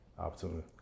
Opportunity